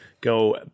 go